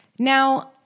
Now